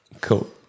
Cool